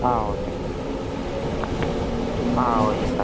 ஆ okay ஆ okay sir